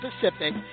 Pacific